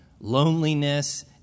loneliness